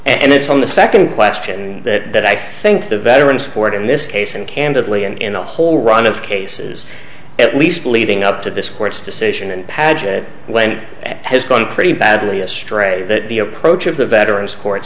and it's on the second question that i think the veterans support in this case and candidly and in the whole run of cases at least leading up to this court's decision and padgett went and has gone pretty badly astray that the approach of the veterans court